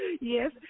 Yes